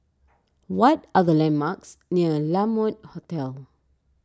what are the landmarks near La Mode Hotel